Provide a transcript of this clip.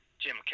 Jim